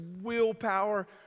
willpower